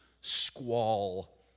squall